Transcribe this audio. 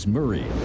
Murray